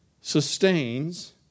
sustains